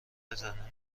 زنان